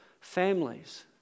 families